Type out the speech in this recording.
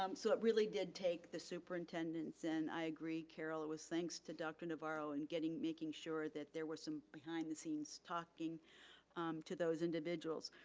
um so it really did take the superintendents and i agree, carol, it was thanks to dr. navarro and getting, making sure that there was some behind the scenes talking to those individuals.